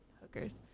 hookers